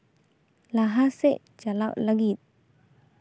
ᱞᱟᱦᱟ ᱥᱮᱫ ᱪᱟᱞᱟᱜ ᱞᱟᱹᱜᱤᱫ